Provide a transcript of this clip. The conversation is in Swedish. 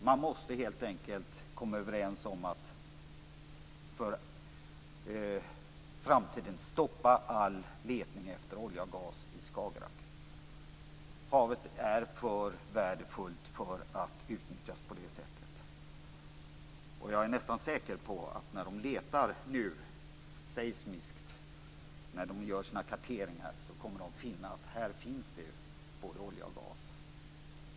Man måste helt enkelt komma överens om att för framtiden stoppa all letning efter olja och gas i Skagerrak. Havet är för värdefullt för att utnyttjas på det sättet. Jag är nästan säker på att de kommer att märka att det finns både olja och gas där när de nu letar seismiskt och gör sina karteringar.